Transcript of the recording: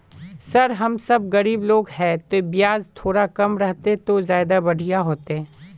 sir हम सब गरीब लोग है तो बियाज थोड़ा कम रहते तो ज्यदा बढ़िया होते